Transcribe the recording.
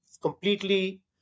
completely